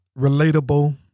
relatable